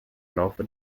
laufe